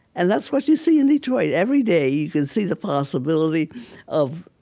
and that's what you see in detroit every day. you can see the possibility of